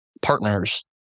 partners